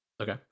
Okay